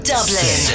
Dublin